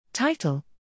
Title